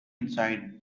inside